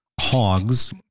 hogs